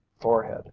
forehead